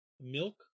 milk